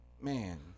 man